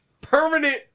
permanent